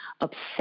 obsessed